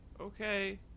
Okay